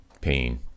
pain